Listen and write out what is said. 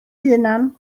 hunan